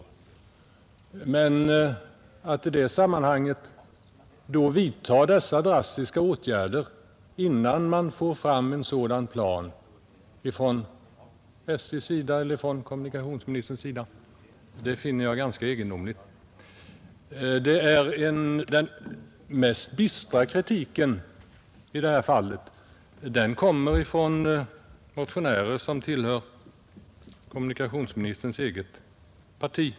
Men att då vidta dessa drastiska åtgärder, innan man får fram en sådan plan, från SJ:s eller kommunikationsministerns sida, det finner jag ganska egendomligt. Den mest bistra kritiken under denna punkt kommer från motionärer som tillhör kommunikationsministerns eget parti.